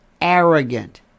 Arrogant